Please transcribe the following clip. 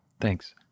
Thanks